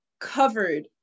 covered